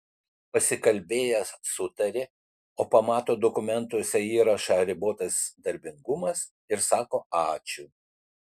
pasikalbėjęs sutari o pamato dokumentuose įrašą ribotas darbingumas ir sako ačiū